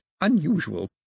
unusual